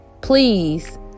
please